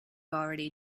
already